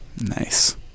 Nice